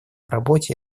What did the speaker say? работе